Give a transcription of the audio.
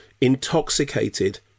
intoxicated